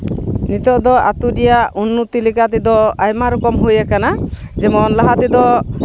ᱱᱤᱛᱚᱜ ᱫᱚ ᱟᱛᱳ ᱨᱮᱭᱟᱜ ᱩᱱᱱᱚᱛᱤ ᱞᱮᱠᱟ ᱛᱮᱫᱚ ᱟᱭᱢᱟ ᱨᱚᱠᱚᱢ ᱦᱩᱭ ᱠᱟᱱᱟ ᱡᱮᱢᱚᱱ ᱞᱟᱦᱟ ᱛᱮᱫᱚ